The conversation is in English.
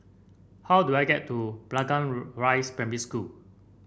how do I get to Blangah Rise Primary School